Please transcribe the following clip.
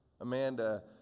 Amanda